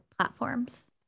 Platforms